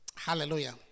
Hallelujah